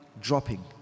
Dropping